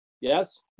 Yes